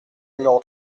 numéro